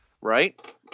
right